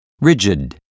rigid